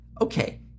Okay